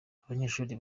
abanyeshuri